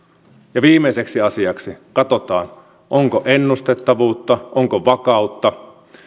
ja viimeiseksi asiaksi katsotaan onko ennustettavuutta onko vakautta